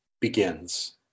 begins